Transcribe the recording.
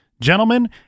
Gentlemen